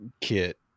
kit